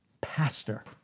pastor